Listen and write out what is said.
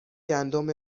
گندم